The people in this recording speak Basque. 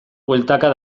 bueltaka